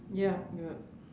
ya you're